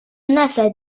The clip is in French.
menaça